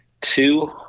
two